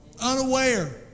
unaware